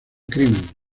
crimen